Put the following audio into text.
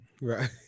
Right